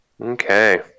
Okay